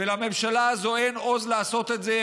ואם לממשלה הזאת אין עוז לעשות את זה,